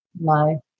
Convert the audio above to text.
No